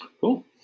Cool